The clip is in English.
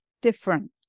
different